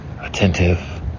attentive